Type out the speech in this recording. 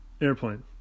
airplane